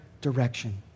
direction